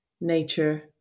nature